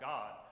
God